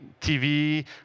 TV